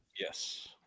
Yes